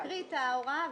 גמ"חים.